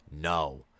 No